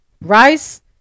rice